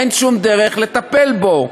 אין שום דרך לטפל בו.